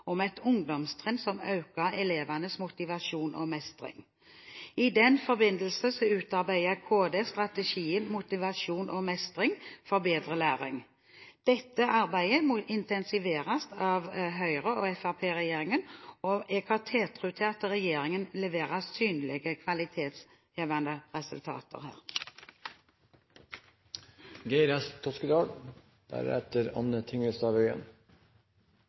om et ungdomstrinn som øker elevenes motivasjon og mestring. I den forbindelse utarbeidet Kunnskapsdepartementet strategien Motivasjon og mestring for bedre læring. Dette arbeidet må intensiveres av Høyre–Fremskrittsparti-regjeringen. Jeg har tiltro til at regjeringen leverer synlige kvalitetshevende resultater